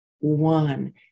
One